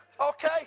okay